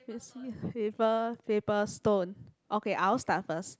can see paper paper stone okay I will start first